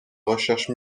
recherche